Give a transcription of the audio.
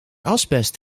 asbest